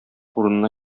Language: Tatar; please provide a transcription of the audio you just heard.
урынына